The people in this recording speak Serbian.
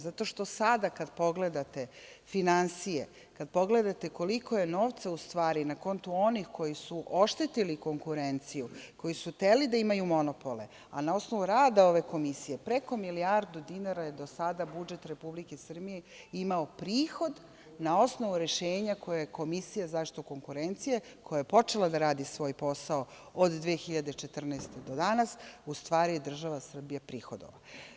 Zato što sada, kada pogledate finansije, kad pogledate koliko je novca, u stvari, na kontu onih koji su oštetili konkurenciju, koji su hteli da imaju monopole, a na osnovu rada ove komisije, preko milijardu dinara je do sada budžet Republike Srbije imao prihod na osnovu rešenja koje je Komisija za zaštitu konkurencije, koja je počela da radi svoj posao od 2014. godine do danas, u stvari država Srbija prihodovala.